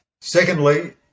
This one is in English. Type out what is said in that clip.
secondly